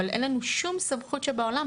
אבל אין לנו שום סמכות שבעולם,